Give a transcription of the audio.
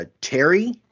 Terry